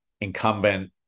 incumbent